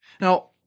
Now